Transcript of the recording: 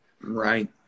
Right